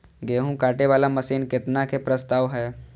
गेहूँ काटे वाला मशीन केतना के प्रस्ताव हय?